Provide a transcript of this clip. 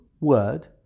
word